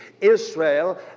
Israel